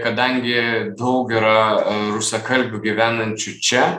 kadangi daug yra rusakalbių gyvenančių čia